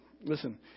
listen